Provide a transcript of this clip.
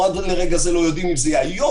עד לרגע זה אנחנו לא יודעים אם זה יהיה היום,